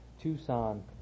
Tucson